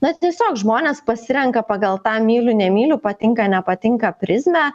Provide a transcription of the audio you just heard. na tiesiog žmonės pasirenka pagal tą myliu nemyliu patinka nepatinka prizmę